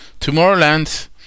Tomorrowland